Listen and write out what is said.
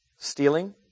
Stealing